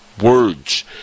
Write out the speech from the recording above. words